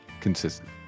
consistent